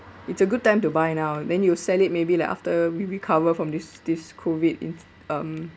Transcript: it's a good time to buy now then you sell it maybe like after we recover from this this COVID inci~ um